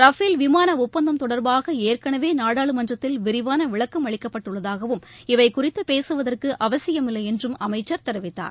Rafale விமான ஒப்பந்தம் தொடர்பாக ஏற்களவே நாடாளுமன்றத்தில் விரிவான விளக்கம் அளிக்கப்பட்டுள்ளதாகவும் இவை குறித்து பேகவதற்கு அவசியமில்லை என்றும் அமைச்சர் தெரிவித்தார்